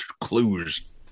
clues